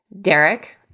Derek